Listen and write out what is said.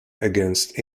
against